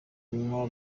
kunywa